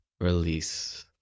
release